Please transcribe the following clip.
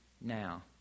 now